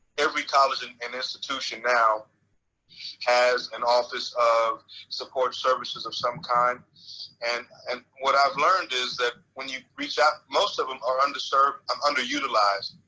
every college and and institution now has an office of support services, of some kind. and and what i've learned is that when you reach out, that most of them are under served and underutilized.